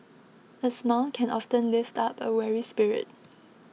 a smile can often lift up a weary spirit